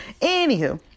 Anywho